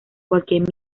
cualquier